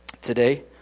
today